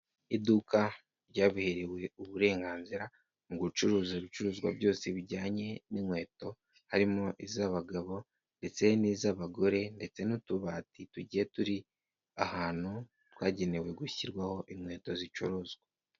Iduka ryabiherewe uburenganzira mu gucuruza ibicuruzwa byose bijyanye n'inkweto, harimo iz'abagabo ndetse n'iz'abagore ndetse n'utubati tugiye turi ahantu twagenewe gushyirwaho inkweto zicuruzwa.